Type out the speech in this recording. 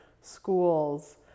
schools